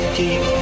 keep